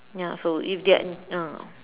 ya so if they're ah